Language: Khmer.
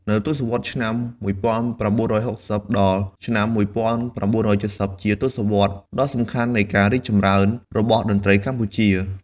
នៅទសវត្សរ៍ ឆ្នាំ ១៩៦០ ដល់ ឆ្នាំ ១៩៧០ ជាទសវត្សរដ៏សំខាន់នៃការរីកចម្រើនរបស់តន្ត្រីកម្ពុជា។